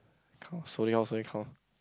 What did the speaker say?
count slowly slowly count